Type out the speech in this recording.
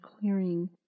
clearing